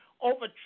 over